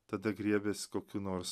tada griebias kokių nors